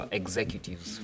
executives